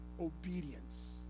obedience